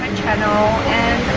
channel and